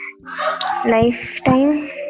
lifetime